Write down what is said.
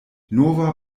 nova